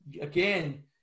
again